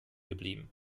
geblieben